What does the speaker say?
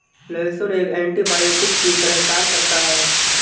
लहसुन एक एन्टीबायोटिक की तरह काम करता है